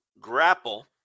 grapple